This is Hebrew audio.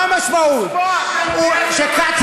חבר הכנסת